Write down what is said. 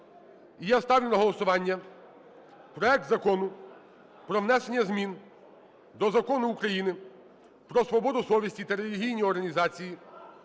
я ставлю на голосування проект Закону про внесення змін до Закону України "Про свободу совісті та релігійні організації"